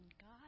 God